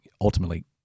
ultimately